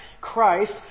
Christ